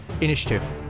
Initiative